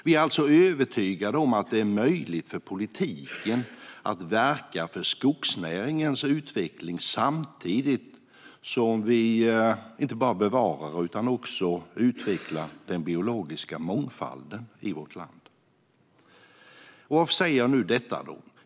Vi är alltså övertygade om att det är möjligt för politiken att verka för skogsnäringens utveckling och samtidigt inte bara bevara utan också utveckla den biologiska mångfalden i vårt land. Varför säger jag detta?